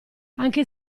anche